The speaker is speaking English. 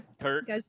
Kurt